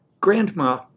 Grandma